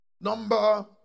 Number